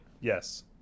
Yes